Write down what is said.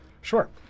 Sure